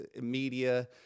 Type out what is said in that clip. media